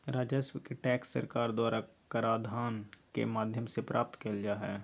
राजस्व के टैक्स सरकार द्वारा कराधान के माध्यम से प्राप्त कइल जा हइ